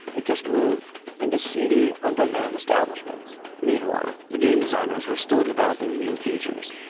it just moved into seedy underground establishments meanwhile, the game designers were still developing new features.